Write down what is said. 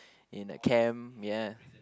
in a camp yeah